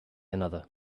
another